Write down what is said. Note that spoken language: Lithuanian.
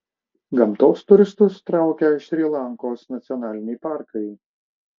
gamtos turistus traukia šri lankos nacionaliniai parkai